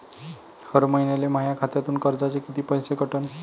हर महिन्याले माह्या खात्यातून कर्जाचे कितीक पैसे कटन?